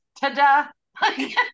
Ta-da